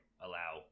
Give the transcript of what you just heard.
allow